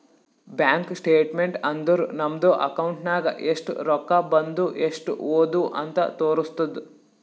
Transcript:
bank statement ಅಂದುರ್ ನಮ್ದು account ನಾಗ್ ಎಸ್ಟ್ ರೊಕ್ಕಾ ಬಂದು ಎಸ್ಟ್ ಹೋದು ಅಂತ್ ತೋರುಸ್ತುದ್